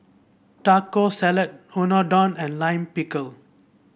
Taco Salad Unadon and Lime Pickle